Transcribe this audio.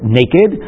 naked